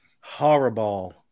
horrible